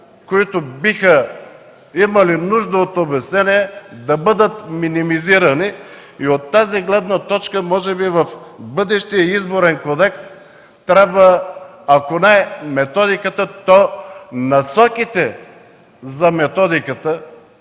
които биха имали нужда от обяснения, да бъдат минимизирани. От тази гледна точка може би в бъдещия Изборен кодекс да бъдат рамкирани ако не методиката, то насоките за методиката,